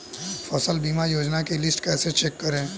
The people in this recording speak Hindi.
फसल बीमा योजना की लिस्ट कैसे चेक करें?